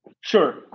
Sure